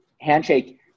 Handshake